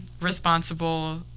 Responsible